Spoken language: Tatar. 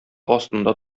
астында